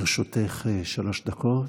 לרשותך שלוש דקות.